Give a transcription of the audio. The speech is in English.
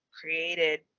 created